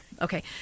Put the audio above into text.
okay